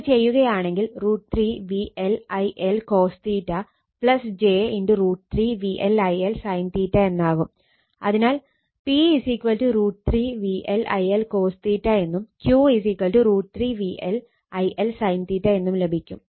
ഇത് ചെയ്യുകയാണെങ്കിൽ √ 3 VL I L cos j √ 3 VL I L sin എന്നാകും അതിനാൽ P √ 3 VL I L cos എന്നും Q √ 3 VL I L sin എന്നും ലഭിക്കും